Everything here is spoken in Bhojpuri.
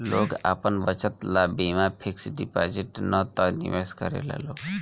लोग आपन बचत ला बीमा फिक्स डिपाजिट ना त निवेश करेला लोग